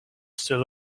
still